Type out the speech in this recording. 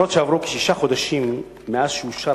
אף-על-פי שעברו כשישה חודשים מאז שאושר